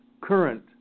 current